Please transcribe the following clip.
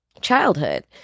childhood